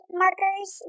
markers